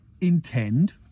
intend